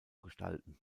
gestalten